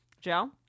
Joe